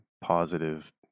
positive